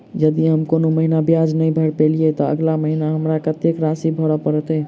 यदि हम कोनो महीना ब्याज नहि भर पेलीअइ, तऽ अगिला महीना हमरा कत्तेक राशि भर पड़तय?